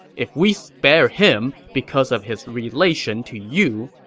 if we spare him because of his relation to you,